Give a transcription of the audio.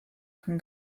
как